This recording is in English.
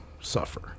suffer